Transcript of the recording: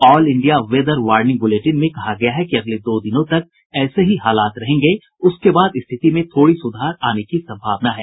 all India weather warning bulletin में कहा गया है कि अगले दो दिनों तक ऐसे ही हालात रहेंगे उसके बाद स्थिति में थोड़ी सुधार आने की सम्भावना है